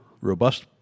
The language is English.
robust